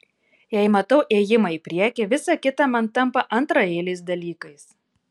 jei matau ėjimą į priekį visa kita man tampa antraeiliais dalykais